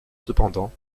cependant